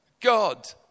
God